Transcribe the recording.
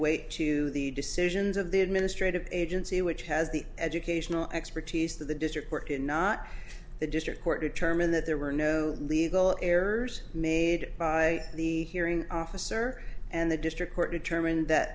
weight to the decisions of the administrative agency which has the educational expertise that the district worked in not the district court determine that there were no legal errors made by the hearing officer and the district court determined that